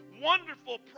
wonderful